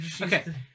Okay